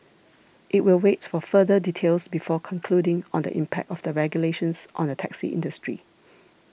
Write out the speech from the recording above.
it will wait for further details before concluding on the impact of the regulations on the taxi industry